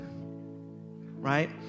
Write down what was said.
Right